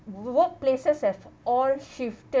workplaces have all shifted